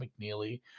McNeely